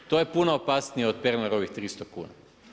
To je puno opasnije od Pernarovih 300 kuna.